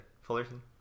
Fullerton